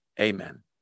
amen